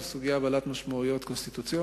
זו סוגיה בעלת משמעויות קונסטיטוציוניות,